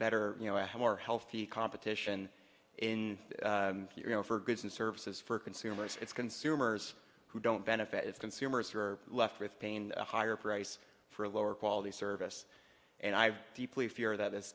better you know i have more healthy competition in the you know for goods and services for consumers it's consumers who don't benefit if consumers are left with pain a higher price for a lower quality service and i deeply fear that